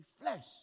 flesh